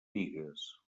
bigues